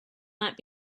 might